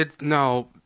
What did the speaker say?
No